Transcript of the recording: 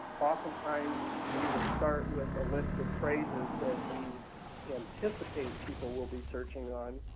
oftentimes, we will start with a list of phrases that we anticipate people will be searching on.